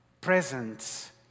Presence